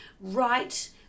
right